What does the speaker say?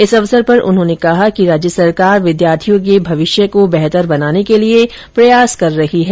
इस अवसर पर उन्होंने कहा कि राज्य सरकार विद्यार्थियों के भविष्य को बेहतर बनाने के लिए प्रयास कर रही है